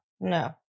No